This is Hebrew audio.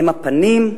הם הפנים,